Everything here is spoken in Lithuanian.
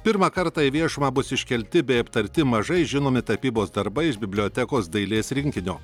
pirmą kartą į viešumą bus iškelti bei aptarti mažai žinomi tapybos darbai iš bibliotekos dailės rinkinio